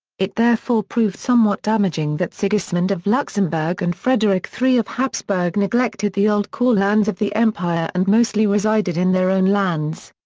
it therefore proved somewhat damaging that sigismund of luxemburg and frederick iii of habsburg neglected the old core lands of the empire and mostly resided in their own lands.